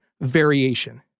Variation